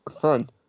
Fun